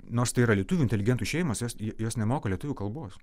nors tai yra lietuvių inteligentų šeimos jos jos nemoka lietuvių kalbos